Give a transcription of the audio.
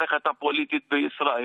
אך זו אחריות של המדינות שבהן הן חיות.